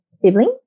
Siblings